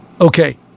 Okay